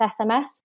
sms